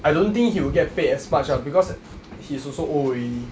I don't think he will get paid as much ah because he's also old already